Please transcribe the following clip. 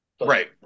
Right